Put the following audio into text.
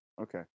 Okay